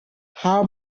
how